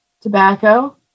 tobacco